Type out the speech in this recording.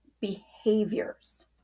behaviors